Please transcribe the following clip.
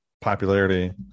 popularity